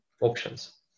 options